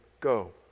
Go